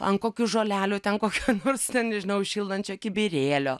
ant kokių žolelių ten kokių nors nežinau šildančio kibirėlio